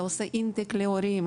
אתה עושה אינטייק להורים,